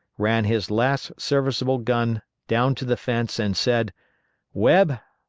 ran his last serviceable gun down to the fence, and said webb,